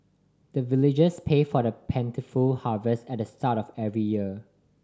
the villagers pay for plentiful harvest at the start of every year